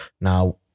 Now